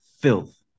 Filth